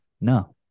No